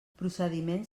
procediments